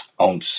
on